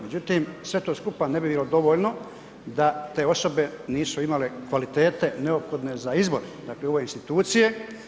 Međutim, sve to skupa ne bi bilo dovoljno da te osobe nisu imali kvalitete neophodne za izbore dakle u ove institucije.